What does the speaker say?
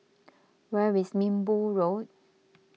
where is Minbu Road